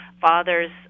father's